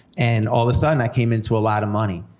and all of a sudden, i came into a lot of money.